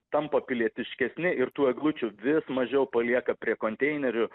tampa pilietiškesni ir tų eglučių vis mažiau palieka prie konteinerių